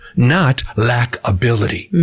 not lack ability.